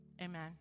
amen